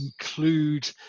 include